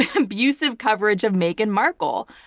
and abusive coverage of meghan markle,